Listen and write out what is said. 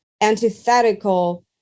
antithetical